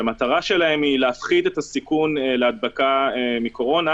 שהמטרה שלהן היא להפחית את הסיכון להדבקה מקורונה,